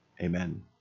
Amen